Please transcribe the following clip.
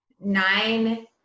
nine